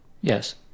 Yes